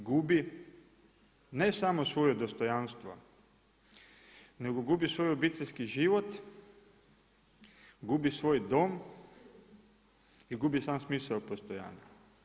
I gubi ne samo svoje dostojanstva, nego gubi svoj obiteljski život, gubi svoj dom i gubi sam smisao postojanja.